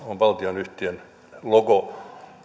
on valtionyhtiön logo